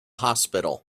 hospital